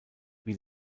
wie